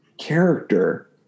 character